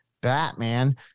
Batman